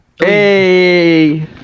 Hey